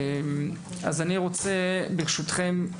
ברשותכם,